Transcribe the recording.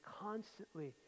constantly